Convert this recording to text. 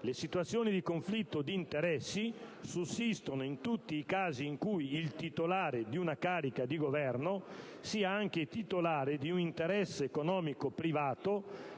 le situazioni di conflitto di interessi sussistono in tutti i casi in cui il titolare di una carica di governo sia anche titolare di un interesse economico privato